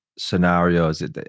scenarios